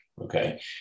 okay